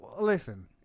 listen